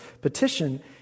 petition